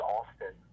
Austin